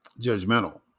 judgmental